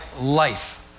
life